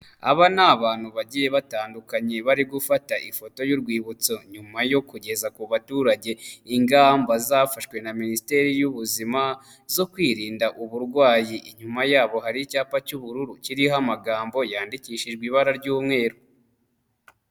Aba ni abantu bagiye batandukanye bari gufata ifoto y'urwibutso. Nyuma yo kugeza ku baturage ingamba zafashwe na Minisiteri y'ubuzima zo kwirinda uburwayi. Inyuma yabo hari icyapa cy'ubururu kiriho amagambo yandikishijwe ibara ry'umweru.